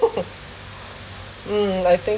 mm I think